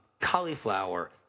cauliflower